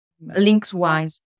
links-wise